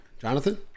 Jonathan